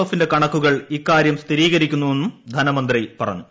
എഫിന്റെ കണക്കുകൾ ഇക്കാര്യം സ്ഥിരീകരിക്കുന്നുവെന്നും ധനമന്ത്രി പറഞ്ഞു